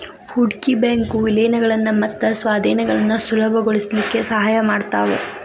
ಹೂಡ್ಕಿ ಬ್ಯಾಂಕು ವಿಲೇನಗಳನ್ನ ಮತ್ತ ಸ್ವಾಧೇನಗಳನ್ನ ಸುಲಭಗೊಳಸ್ಲಿಕ್ಕೆ ಸಹಾಯ ಮಾಡ್ತಾವ